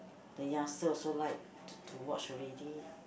the youngster also like to to watch already